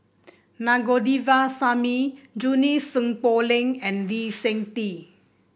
Na Govindasamy Junie Sng Poh Leng and Lee Seng Tee